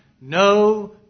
no